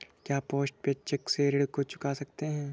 क्या post paid cheque से ऋण को चुका सकते हैं?